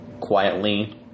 quietly